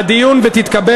זו תוכנית